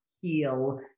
heal